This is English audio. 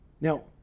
Now